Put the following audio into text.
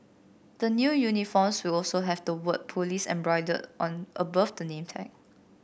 the new uniforms will also have the word police embroidered on above the name tag